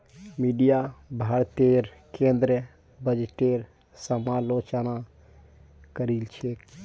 media भारतेर केंद्रीय बजटेर समालोचना करील छेक